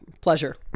Pleasure